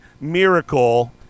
miracle